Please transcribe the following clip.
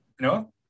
No